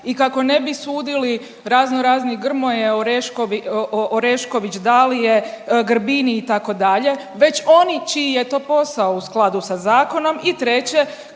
i kako ne bi sudili razno razni Grmoje, Oreškovi…, Orešković Dalije, Grbin itd., već oni čiji je to posao u skladu sa zakonom. I treće,